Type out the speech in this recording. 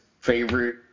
favorite